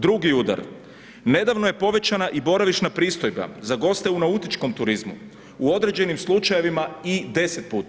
Drugi udar, nedavno je povećana i boravišna pristojba za goste u nautičkom turizmu, u određenim slučajevima i 10 puta.